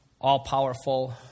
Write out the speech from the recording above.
all-powerful